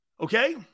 Okay